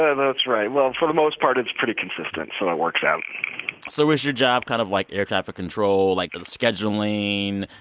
ah that's right. well, for the most part, it's pretty consistent. so it works out so is your job kind of like air traffic control, like, scheduling,